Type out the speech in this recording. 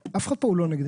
אף אחד פה הוא לא נגדכם,